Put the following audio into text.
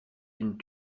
une